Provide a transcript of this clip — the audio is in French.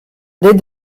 des